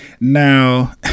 Now